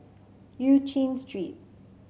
Eu Chin Street